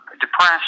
depressed